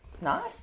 nice